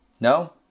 No